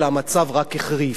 אלא המצב רק החריף.